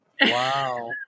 Wow